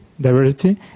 diversity